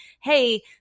hey